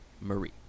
Marie